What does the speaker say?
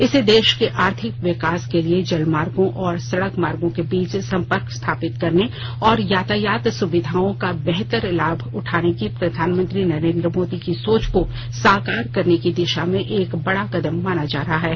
इसे देश के आर्थिक विकास के लिए जलमार्गों और सड़कमार्गों के बीच संपर्क स्थापित करने और यातायात सुविधाओं का बेहतर लाभ उठाने की प्रधानमंत्री नरेन्द्र मोदी की सोच को साकार करने की दिशा में एक बडा कदम माना जा रहा है